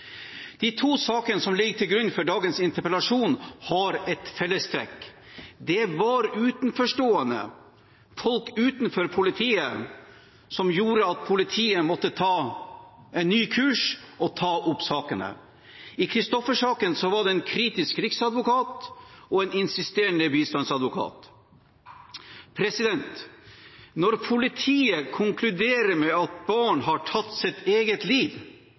De to sakene som ligger til grunn for dagens interpellasjon, har ett fellestrekk: Det var utenforstående, folk utenfor politiet, som gjorde at politiet måtte ta en ny kurs og ta opp igjen sakene. I Christoffer-saken var det en kritisk riksadvokat og en insisterende bistandsadvokat. Når politiet konkluderer med at barn har tatt sitt eget liv,